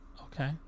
Okay